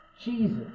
Jesus